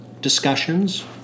discussions